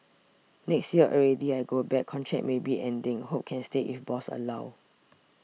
next year already I go back contract maybe ending hope can stay if boss allow